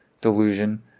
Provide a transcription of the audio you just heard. delusion